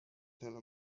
tell